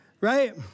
right